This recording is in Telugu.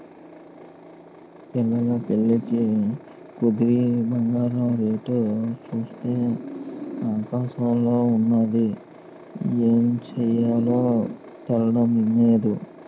పిల్ల పెళ్లి కుదిరింది బంగారం రేటు సూత్తే ఆకాశంలోన ఉన్నాది ఏమి సెయ్యాలో తెల్డం నేదు